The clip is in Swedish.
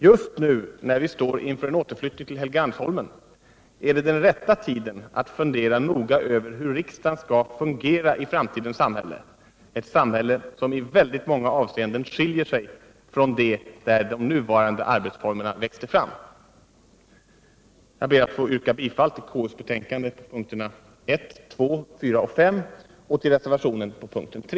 Just nu, när vi står inför en återflyttning till Helgeandsholmen, är det den rätta tiden att fundera noga över hur riksdagen skall fungera i framtidens samhälle ett samhälle som i väldigt många avseenden skiljer sig från det där de nuvarande arbetsformerna växte fram. Jag ber att få yrka bifall till KU:s betänkande på punkterna 1, 2,4 och 5 och till reservationen vid punkten 3.